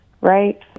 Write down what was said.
right